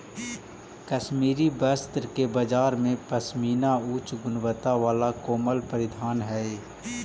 कश्मीरी वस्त्र के बाजार में पशमीना उच्च गुणवत्ता वाला कोमल परिधान हइ